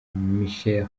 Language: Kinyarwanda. michel